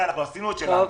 עשינו את שלנו.